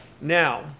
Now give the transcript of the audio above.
Now